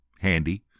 handy